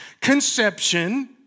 conception